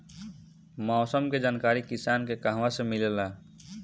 मौसम के जानकारी किसान के कहवा से मिलेला?